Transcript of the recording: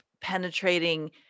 penetrating